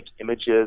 images